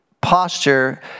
posture